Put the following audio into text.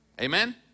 amen